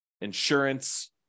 insurance